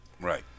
Right